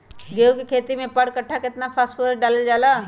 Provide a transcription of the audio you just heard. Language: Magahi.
गेंहू के खेती में पर कट्ठा केतना फास्फोरस डाले जाला?